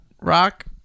rock